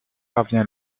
parvient